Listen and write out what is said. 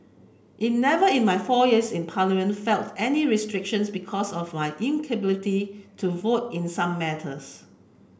in never in my four years in Parliament felt any restrictions because of my inability to vote in some matters